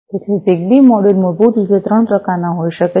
તેથી ZigBee module મૂળભૂત રીતે 3 પ્રકારના હોઈ શકે છે